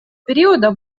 периода